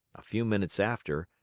a few minutes after,